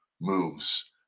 moves